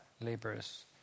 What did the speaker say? laborers